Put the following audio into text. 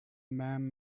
man